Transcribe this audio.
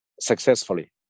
successfully